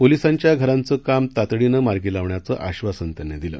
पोलिसांच्या घरांचं काम तातडीनं मार्गी लावण्याचं आश्वासन त्यांनी दिलं